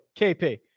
KP